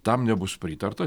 tam nebus pritarta